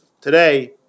Today